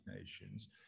Nations